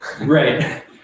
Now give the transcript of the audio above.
Right